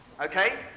Okay